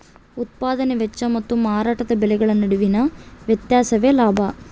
ಉತ್ಪದಾನೆ ವೆಚ್ಚ ಮತ್ತು ಮಾರಾಟದ ಬೆಲೆಗಳ ನಡುವಿನ ವ್ಯತ್ಯಾಸವೇ ಲಾಭ